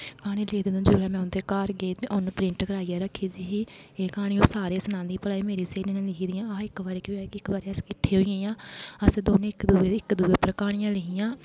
क्हानी लिखदी रौंह्दी ही जिसलै में उं'दे घर गेई उन्न प्रिंट कराई रक्खी दी ही एह् क्हानी ओह् सारें गी सनांदी ही भला एह् मेरी स्हेली ने लिखी दी ऐ इक बारी केह् होआ कि इक बारी अस किट्ठे हे अस दौनें इक दुए उप्पर क्हानियां लिखियां